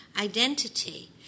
identity